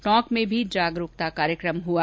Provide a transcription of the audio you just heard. टोंक में भी जागरूकता कार्यक्रम हुआ